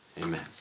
amen